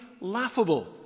laughable